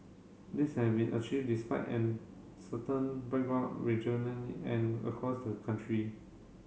this has been achieved despite an certain background and across the country